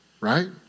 right